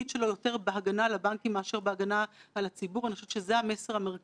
לכיוון שאנחנו פועלים ורוצים לכוון אליו.